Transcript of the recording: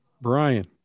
Brian